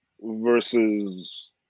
versus